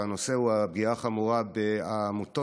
הנושא הוא הפגיעה החמורה בעמותות,